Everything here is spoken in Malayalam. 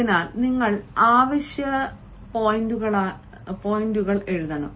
അതിനാൽ നിങ്ങൾ അവശ്യ പോയിന്റുകളായ പോയിന്റുകൾ എഴുതണം